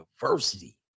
diversity